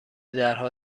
درها